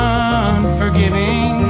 unforgiving